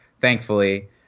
thankfully